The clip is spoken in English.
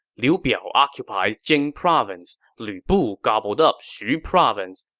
liu biao occupied jing province. lu bu gobbled up xu province.